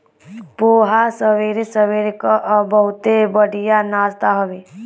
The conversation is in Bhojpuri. पोहा सबेरे सबेरे कअ बहुते बढ़िया नाश्ता हवे